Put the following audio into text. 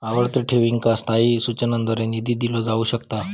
आवर्ती ठेवींका स्थायी सूचनांद्वारे निधी दिलो जाऊ शकता